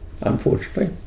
unfortunately